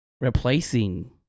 replacing